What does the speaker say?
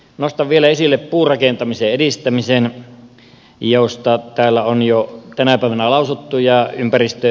nostan vielä esille puurakentamisen edistämisen josta täällä on jo tänä päivänä lausuttu